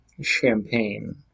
Champagne